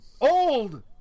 Old